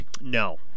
No